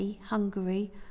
Hungary